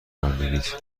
رانندگیت